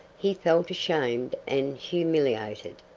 he felt ashamed and humiliated.